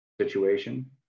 situation